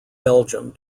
belgium